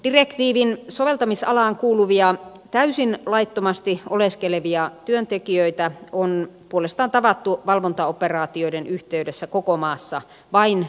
direktiivin soveltamisalaan kuuluvia täysin laittomasti oleskelevia työntekijöitä on puolestaan tavattu valvontaoperaatioiden yhteydessä koko maassa vain yksittäistapauksina